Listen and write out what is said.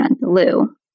Lou